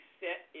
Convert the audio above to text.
set